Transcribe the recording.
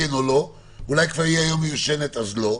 אם המערכת הזאת כבר מיושנת אז לא,